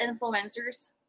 influencers